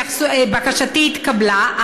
בקשתי התקבלה,